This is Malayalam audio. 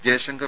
ജയശങ്കർ